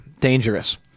dangerous